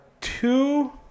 two